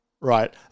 right